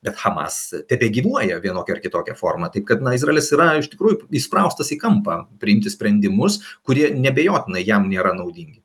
bet hamas tebegyvuoja vienokia ar kitokia forma taip kad izraelis yra iš tikrųjų įspraustas į kampą priimti sprendimus kurie neabejotinai jam nėra naudingi